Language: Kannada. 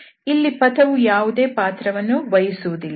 ಇಲ್ಲಿ ಪಥ ವು ಯಾವುದೇ ಪಾತ್ರವನ್ನು ವಹಿಸುವುದಿಲ್ಲ